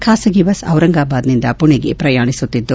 ಖಾಸಗಿ ಬಸ್ ದಿರಂಗಬಾದ್ನಿಂದ ಪುಣೆಗೆ ಪ್ರಯಾಣಿಸುತ್ತಿತ್ತು